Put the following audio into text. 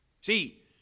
See